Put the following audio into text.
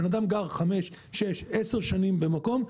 אדם גר חמש, שש, עשר שנים במקום.